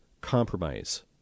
compromise